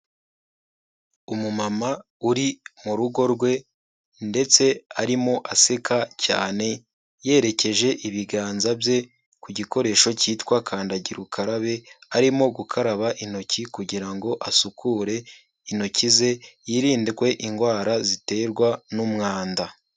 Umumama uri mu rugo rwe ndetse arimo aseka cyane, yerekeje ibiganza bye ku gikoresho cyitwa kandagira ukarabe, arimo gukaraba intoki kugira ngo asukure intoki ze hirindwe indwara ziterwa n'umwanda.